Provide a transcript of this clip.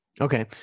Okay